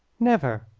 never!